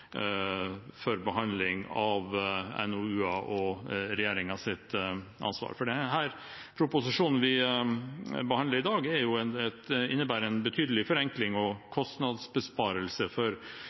for behandling av NOU-er og regjeringens ansvar. For den proposisjonen vi behandler i dag, innebærer en betydelig forenkling og kostnadsbesparelse for